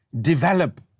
develop